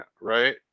right